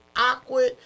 awkward